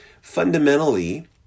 fundamentally